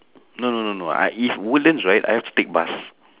no no no no I if woodlands right I have to take bus